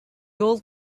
old